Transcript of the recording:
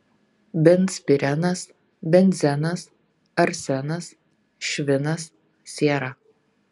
benzpirenas benzenas arsenas švinas siera